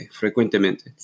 frecuentemente